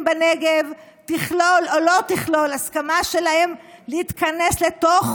בנגב תכלול או לא תכלול הסכמה שלהם להתכנס לתוך